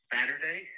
Saturday